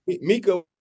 Mika